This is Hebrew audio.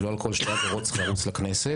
ושלא על כל שתי עבירות צריך לרוץ לכנסת,